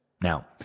Now